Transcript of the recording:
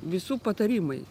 visų patarimai